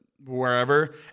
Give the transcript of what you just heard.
wherever